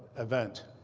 event.